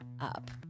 up